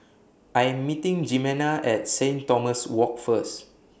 I Am meeting Jimena At Saint Thomas Walk First